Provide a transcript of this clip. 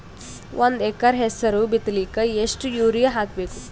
ಒಂದ್ ಎಕರ ಹೆಸರು ಬಿತ್ತಲಿಕ ಎಷ್ಟು ಯೂರಿಯ ಹಾಕಬೇಕು?